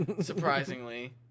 Surprisingly